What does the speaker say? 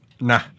Nah